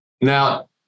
Now